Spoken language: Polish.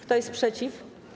Kto jest przeciw?